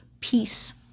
peace